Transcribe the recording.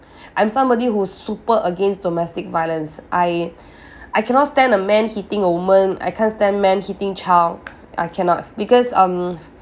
I'm somebody who's super against domestic violence I I cannot stand a man hitting a woman I can't stand men hitting child I cannot because um